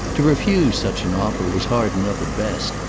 to refuse such an offer was hard enough at best,